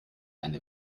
eine